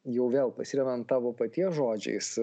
jau vėl pasiremiant tavo paties žodžiais